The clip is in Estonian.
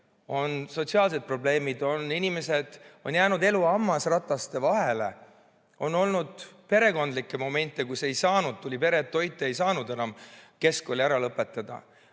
on sotsiaalsed probleemid, inimesed on jäänud elu hammasrataste vahele, on olnud perekondlikke momente, kui ei saanud [õppida], tuli peret toita, ei saanud keskkooli ära lõpetada.